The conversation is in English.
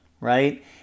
right